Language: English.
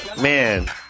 man